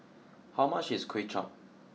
how much is Kuay Chap